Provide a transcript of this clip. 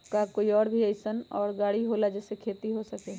का कोई और भी अइसन और गाड़ी होला जे से खेती हो सके?